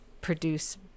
produce